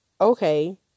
okay